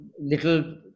little